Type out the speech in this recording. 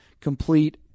complete